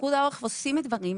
פיקוד העורף עושים דברים,